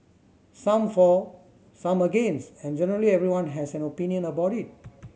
some for some against and generally everyone has an opinion about it